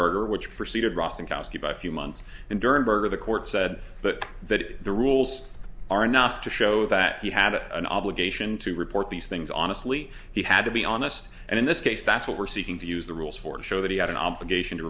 burger which proceeded rostenkowski by a few months and durenberger the court said that the rules are enough to show that you had a an obligation to report these things honestly he had to be honest and in this case that's what we're seeking to use the rules for show that he had an obligation to